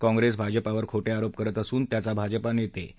काँग्रेस भाजपावर खोटे आरोप करत असून त्याचा भाजपा नेते बी